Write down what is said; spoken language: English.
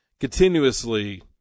continuously